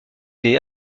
des